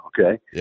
okay